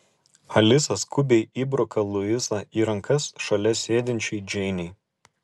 alisa skubiai įbruka luisą į rankas šalia sėdinčiai džeinei